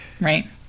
Right